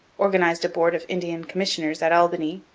organized a board of indian commissioners at albany,